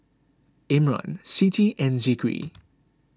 Imran Siti and Zikri